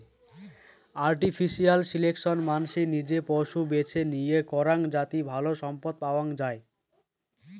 artificial selection মানসি নিজে পশু বেছে নিয়ে করাং যাতি ভালো সম্পদ পাওয়াঙ যাই